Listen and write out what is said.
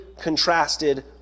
contrasted